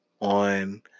on